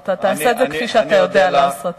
ואתה תעשה את זה כפי שאתה יודע לעשות.